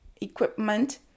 equipment